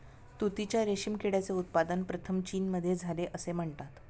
तुतीच्या रेशीम किड्याचे उत्पादन प्रथम चीनमध्ये झाले असे म्हणतात